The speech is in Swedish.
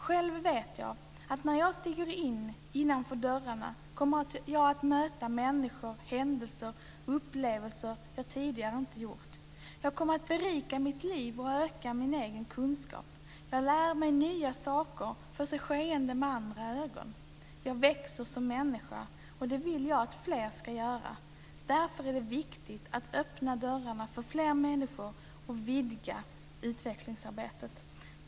Själv vet jag att jag, när jag stiger innanför dörrarna, kommer att möta människor, händelser och upplevelser som jag tidigare inte mött. Jag kommer att berika mitt liv och öka min egen kunskap. Jag lär mig nya saker, får se skeenden med andra ögon. Jag växer som människa, och det vill jag att fler ska göra. Därför är det viktigt att öppna dörrarna för fler människor och vidga utvecklingsarbetet.